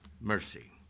mercy